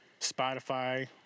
Spotify